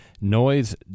noise